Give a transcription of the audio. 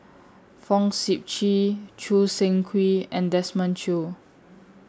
Fong Sip Chee Choo Seng Quee and Desmond Choo